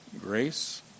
grace